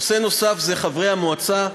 נושא נוסף זה חברי המועצה,